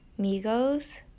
Migos